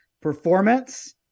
performance